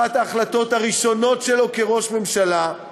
אחת ההחלטות הראשונות שלו כראש הממשלה,